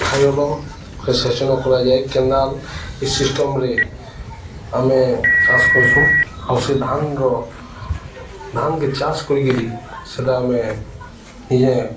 ଉଠାଇଲେ ସେ ସେଚନ କରାଯାଏ କେନାଲ୍ ଏ ସିଷ୍ଟମ୍ରେ ଆମେ ଚାଷ କରସୁଁ ଆଉ ସେ ଧାନ୍ର ଧାନ୍କେ ଚାଷ କରିକିରି ସେଇଟା ଆମେ ନିଜେ